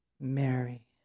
Mary